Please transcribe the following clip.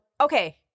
okay